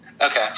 Okay